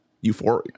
euphoria